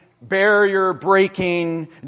Barrier-breaking